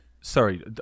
sorry